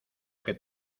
que